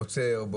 הוא עוצר באמצע,